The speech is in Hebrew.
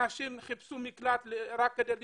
אנשים חיפשו מקלט להיות בו